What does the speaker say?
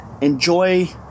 Enjoy